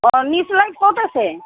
অ' অন্নিচুৰৰ ক'ত আছে